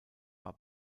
war